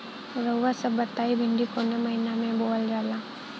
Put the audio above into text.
रउआ सभ बताई भिंडी कवने महीना में बोवल जाला?